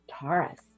Taurus